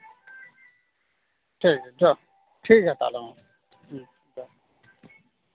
ᱴᱷᱤᱠᱜᱮᱭᱟ ᱡᱚᱦᱟᱨ ᱴᱷᱤᱠᱜᱮᱭᱟ ᱛᱟᱦᱞᱮ ᱢᱟ ᱦᱩᱸ ᱡᱚᱦᱟᱨ